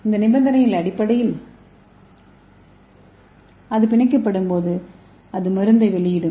இந்த நிபந்தனையின் அடிப்படையில் அது பிணைக்கப்படும்போது அது மருந்தை வெளியிடும்